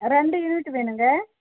ரெண்டு யூனிட் வேணுங்க